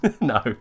No